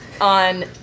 on